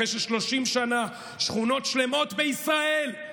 אחרי ש-30 שנה שכונות שלמות בישראל,